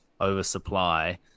oversupply